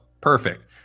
perfect